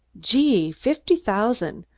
gee! fifty thousand.